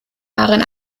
darin